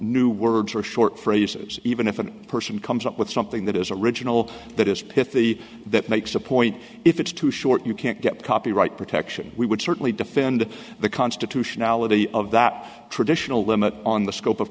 new words or short phrases even if a person comes up with something that is original that is pitched the that makes a point if it's too short you can't get copyright protection we would certainly defend the constitutionality of that traditional limit on the scope of